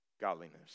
godliness